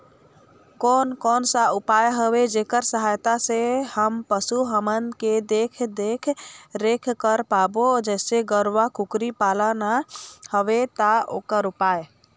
कोन कौन सा उपाय हवे जेकर सहायता से हम पशु हमन के देख देख रेख कर पाबो जैसे गरवा कुकरी पालना हवे ता ओकर उपाय?